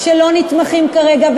שלא נתמכים כרגע,